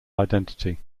identity